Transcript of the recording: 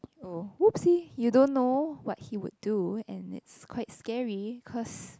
oh !oopsie! you don't know what he would do and it's quite scary cause